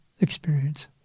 experience